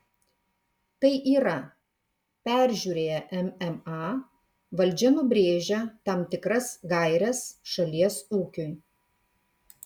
tai yra peržiūrėję mma valdžia nubrėžia tam tikras gaires šalies ūkiui